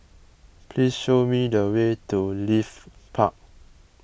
please show me the way to Leith Park